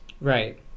right